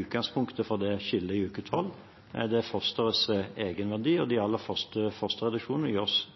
utgangspunktet for det skillet i uke tolv, det er fosterets egenverdi, og de aller